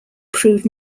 proved